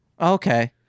Okay